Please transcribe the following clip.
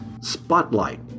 Spotlight